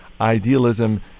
idealism